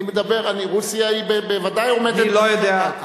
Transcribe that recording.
אני מדבר, רוסיה בוודאי עומדת בסטנדרטים.